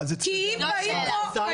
מה זה צדדי המתרס?